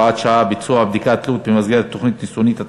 הוראת שעה) (ביצוע בדיקת תלות במסגרת תוכנית ניסיונית),